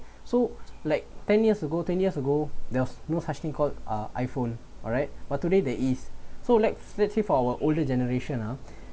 so like ten years ago twenty years ago there was no such thing called uh iPhone alright but today that is so let's let's say for our older generation ha